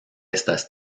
estas